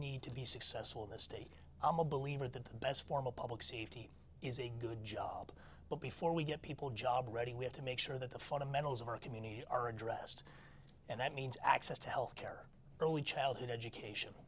need to be successful in this state i'm a believer that the best form of public safety is a good job but before we get people job ready we have to make sure that the fundamentals of our community are addressed and that means access to health care early childhood education